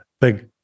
big